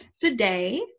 Today